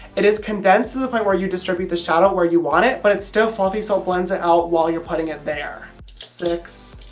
it is condensed to the point where you distribute the shadow where you want it, but it's still fluffy so it blends it out while you're putting it there. six.